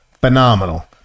Phenomenal